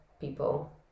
people